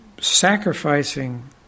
sacrificing